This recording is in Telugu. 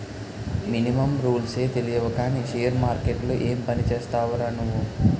మినిమమ్ రూల్సే తెలియవు కానీ షేర్ మార్కెట్లో ఏం పనిచేస్తావురా నువ్వు?